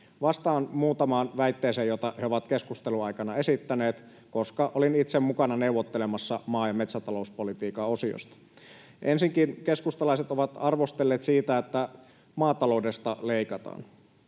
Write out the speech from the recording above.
Vastaan muutamaan väitteeseen, joita he ovat keskustelun aikana esittäneet, koska olin itse mukana neuvottelemassa maa- ja metsätalouspolitiikan osiosta. Ensinkin keskustalaiset ovat arvostelleet siitä, että maataloudesta leikataan.